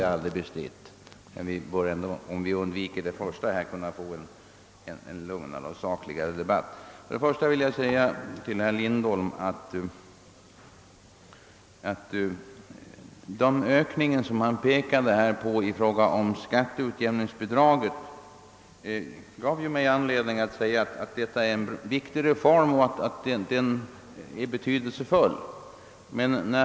Vi bör emellertid — om vi undviker sådant som inträffade år 1966 — kunna få en lugnare och sakligare debatt. Herr Lindholm talade om ökningen av skatteutjämningsbidraget. Jag framhöll också att detta var en viktig och betydelsefull reform.